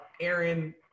Aaron